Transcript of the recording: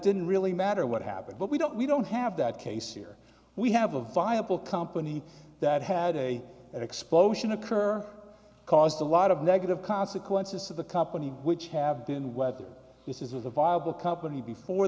didn't really matter what happened but we don't we don't have that case here we have a viable company that had a explosion occur caused a lot of negative consequences to the company which have been whether this is a viable company before